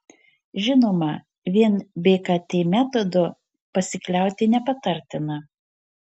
žinoma vien bkt metodu pasikliauti nepatartina